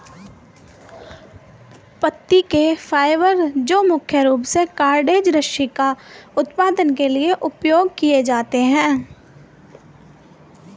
पत्ती के फाइबर जो मुख्य रूप से कॉर्डेज रस्सी का उत्पादन के लिए उपयोग किए जाते हैं